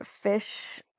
fish